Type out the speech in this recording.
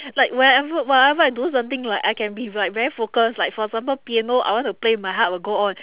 like whenever whatever I do something like I can be like very focus like for example piano I want to play my heart will go on